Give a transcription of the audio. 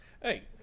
Hey